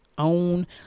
own